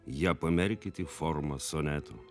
ją pamerkit į formą sonetų